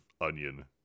onion